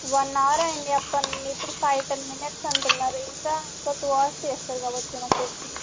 one hour అయింది అప్ప ఇప్పుడు ఫైవ్ టెన్ మినిట్స్ అంటున్నారు ఇంకా ఇంకా టూ అవర్స్ చేస్తారు కావచ్చు నాకు తెెలిసి